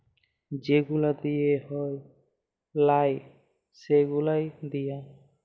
যে গুলা দিঁয়া হ্যয় লায় সে গুলা দিঁয়া